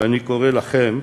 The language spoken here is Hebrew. ואני קורא לכם,